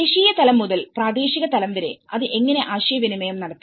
ദേശീയ തലം മുതൽ പ്രാദേശിക തലം വരെ അത് എങ്ങനെ ആശയവിനിമയം നടത്തും